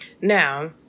Now